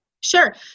Sure